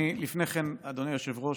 אני לפני כן, אדוני היושב-ראש,